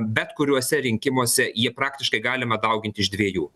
bet kuriuose rinkimuose jie praktiškai galima daugint iš dviejų